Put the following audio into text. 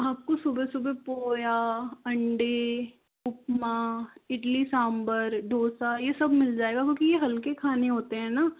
आपको सुबह सुबह पोया अंडे उपमा इडली सांभर दोसा यह सब मिल जाएगा क्योंकि यह हल्के खाने होते हैं न